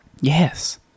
Yes